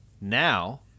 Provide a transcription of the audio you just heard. now